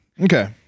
Okay